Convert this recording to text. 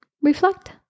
reflect